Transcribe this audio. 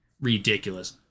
ridiculous